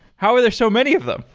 how are there so many of them?